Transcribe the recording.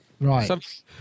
Right